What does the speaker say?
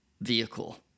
vehicle